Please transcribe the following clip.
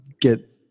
get